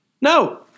No